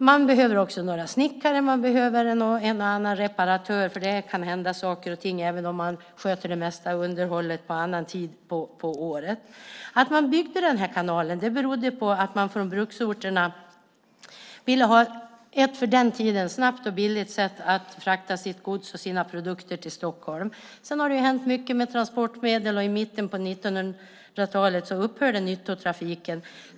Man behöver också några snickare, och man behöver en och annan reparatör, för det kan hända saker och ting även om man sköter det mesta underhållet på annan tid av året. Att man byggde den här kanalen berodde på att man från bruksorterna ville ha ett för den tiden snabbt och billigt sätt att frakta sitt gods och sina produkter till Stockholm. Sedan har det hänt mycket med transportmedlen, och i mitten av 1900-talet upphörde nyttotrafiken.